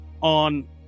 on